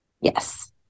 Yes